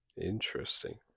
Interesting